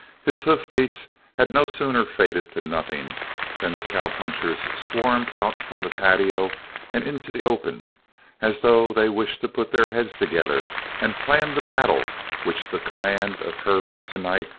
his hoofbeats had no sooner faded to nothing than the cowpunchers swarmed out from the patio and into the open as though they wished to put their heads together and plan the battle which the command of hervey, to-night,